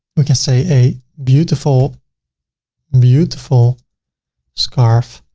we can say a beautiful beautiful scarf